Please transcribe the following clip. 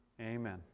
Amen